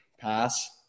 pass